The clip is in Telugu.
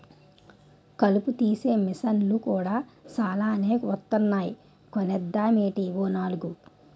కలుపు తీసే మిసన్లు కూడా సాలానే వొత్తన్నాయ్ కొనేద్దామేటీ ఓ నాలుగు?